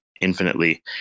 infinitely